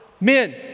Men